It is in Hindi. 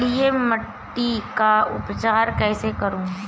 अम्लीय मिट्टी का उपचार कैसे करूँ?